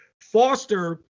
Foster